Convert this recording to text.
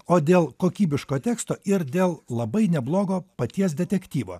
o dėl kokybiško teksto ir dėl labai neblogo paties detektyvo